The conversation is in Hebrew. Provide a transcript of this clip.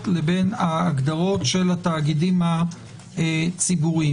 לבין ההגדרות של התאגידים הציבוריים.